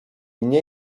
nie